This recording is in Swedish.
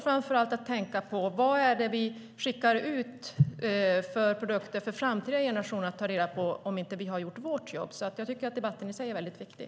Framför allt måste vi tänka på och ta reda på vad det är för produkter som vi skickar ut för framtida generationer och om vi inte har gjort vårt jobb. Jag tycker därför att debatten i sig är mycket viktig.